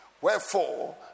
wherefore